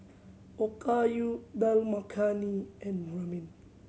Okayu Dal Makhani and Ramen